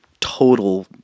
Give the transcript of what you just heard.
total